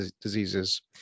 diseases